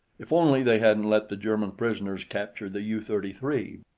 if only they hadn't let the german prisoners capture the u thirty three!